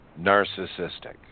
narcissistic